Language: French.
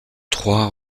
trois